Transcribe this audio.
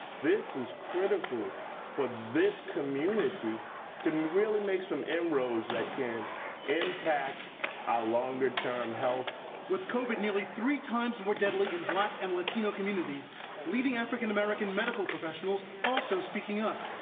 this is critical for this community to really make some inroads that can impact our longer term health. reporter with covid nearly three times more deadly in black and latino communities leading african-american medical professionals also speaking up.